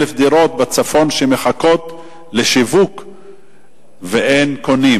דירות בצפון שמחכות לשיווק ואין קונים.